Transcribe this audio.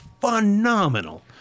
Phenomenal